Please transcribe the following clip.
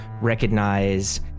recognize